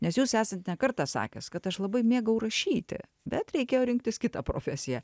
nes jūs esat ne kartą sakęs kad aš labai mėgau rašyti bet reikėjo rinktis kitą profesiją